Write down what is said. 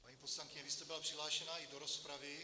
Paní poslankyně, vy jste byla přihlášená i do rozpravy.